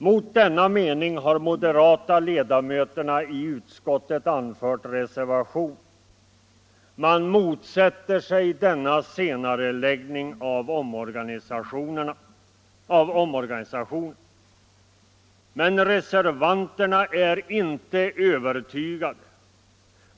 Mot denna mening har de moderata ledamöterna i utskottet anfört reservation. De motsätter sig denna senareläggning av omorganisationen. Men reservanterna är inte övertygande.